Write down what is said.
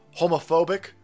homophobic